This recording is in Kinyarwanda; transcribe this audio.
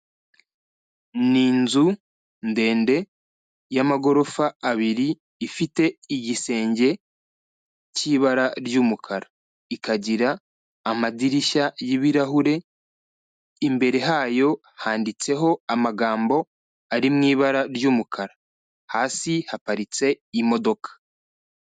Ni inzu ndende y'amagorofa abiri ifite igisenge cy'ibara ry'umukara, ikagira amadirishya y'ibirahure, imbere hayo handitseho amagambo ari mu ibara ry'umukara, hasi haparitse imodoka.